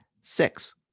six